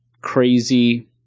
crazy